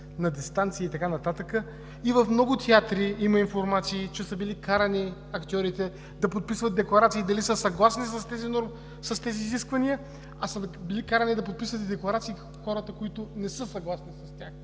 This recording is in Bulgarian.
на дистанция и така нататък. В много театри има информация, че актьорите са били карани да подписват декларации дали са съгласни с тези изисквания, а са били карани да подписват декларации и хората, които не са съгласни с тях.